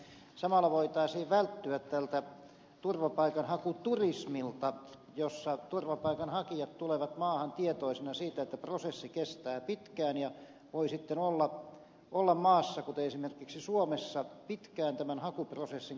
samalla voitaisiin välttyä tältä turvapaikanhakuturismilta jossa turvapaikanhakijat tulevat maahan tietoisina siitä että prosessi kestää pitkään ja voi sitten olla maassa kuten esimerkiksi suomessa pitkään tämän hakuprosessin keston ajan